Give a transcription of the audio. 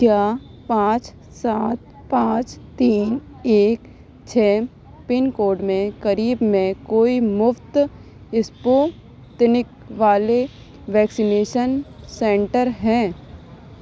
کیا پانچ سات پانچ تین ایک چھ پن کوڈ میں قریب میں کوئی مفت اسپوتنک والے ویکسینیشن سینٹر ہیں